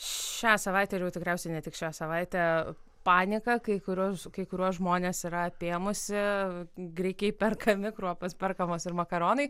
šią savaitę ir jau tikriausiai ne tik šią savaitę panika kai kurius kai kuriuos žmones yra apėmusi grikiai perkami kruopos perkamos ir makaronai